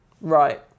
Right